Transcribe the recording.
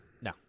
No